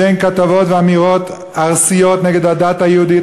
שאין כתבות ואמירות ארסיות נגד הדת היהודית,